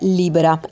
libera